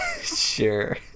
Sure